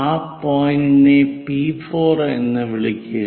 ആ പോയിന്റിനെ P4 എന്ന് വിളിക്കുക